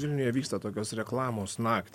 vilniuje vyksta tokios reklamos naktį